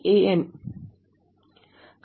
An